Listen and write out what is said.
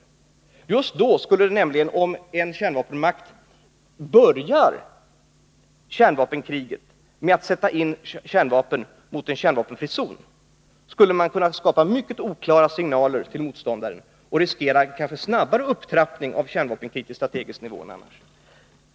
Just då skulle man, nämligen om en kärnvapenmakt börjar kärnvapenkriget med att sätta in kärnvapen mot en kärnvapenfri zon, kunna skapa mycket oklara signaler till motståndaren och kanske riskera en snabbare upptrappning av ett kärnvapenkrig än annars.